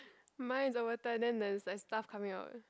mine is over turn then there is like stuff coming out